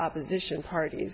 opposition part